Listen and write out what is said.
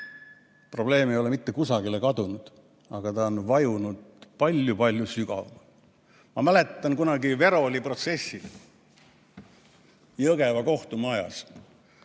Probleem ei ole mitte kusagile kadunud, aga ta on vajunud palju-palju sügavamale. Ma mäletan kunagi Weroli protsessil Jõgeva kohtumajas,